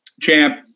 Champ